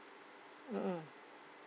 mm mm